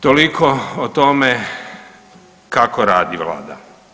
Toliko o tome kako radi Vlada.